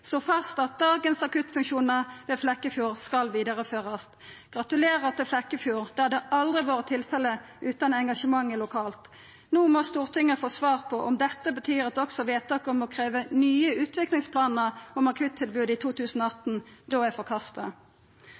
slo fast at «dagens akuttfunksjoner ved Flekkefjord sykehus skal videreføres». Gratulerer til Flekkefjord. Det hadde aldri vore tilfellet utan engasjementet lokalt. No må Stortinget få svar på om dette betyr at også vedtaket om å krevja nye utviklingsplanar om akuttilbod i 2018 da er forkasta.